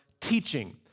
teaching